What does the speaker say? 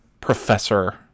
professor